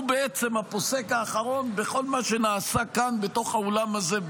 הוא הפוסק האחרון בכל מה שנעשה כאן בתוך האולם הזה,